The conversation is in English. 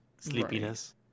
sleepiness